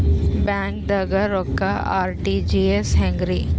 ಬ್ಯಾಂಕ್ದಾಗ ರೊಕ್ಕ ಆರ್.ಟಿ.ಜಿ.ಎಸ್ ಹೆಂಗ್ರಿ?